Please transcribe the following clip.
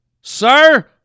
Sir